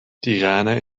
tirana